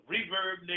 Reverb